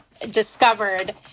discovered